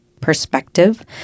perspective